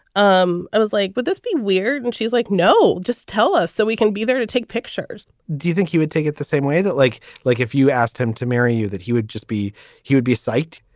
um i was like, would this be weird? and she's like, no, just tell us so we can be there to take pictures do you think he would take it the same way that like like if you asked him to marry you, that he would just be he would be psyched?